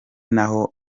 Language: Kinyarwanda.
naho